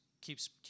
keeps